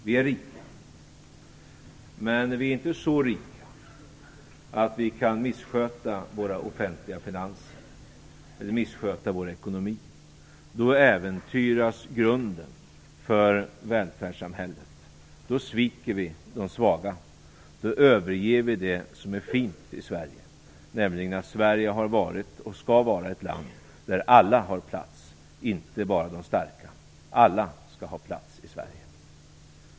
Vi är rika, men vi är inte så rika att vi kan missköta våra offentliga finanser eller missköta vår ekonomi. Då äventyras grunden för välfärdssamhället. Då sviker vi de svaga, då överger vi det som är fint i Sverige, nämligen att i vårt land har alla haft och skall ha en plats, inte bara de starka. Alla skall ha plats i Sverige.